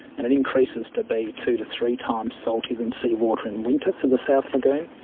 and it increases to be two to three times saltier than sea water in winter for the south lagoon.